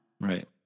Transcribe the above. Right